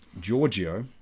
Giorgio